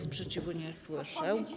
Sprzeciwu nie słyszę.